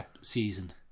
season